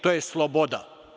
To je sloboda.